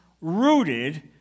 rooted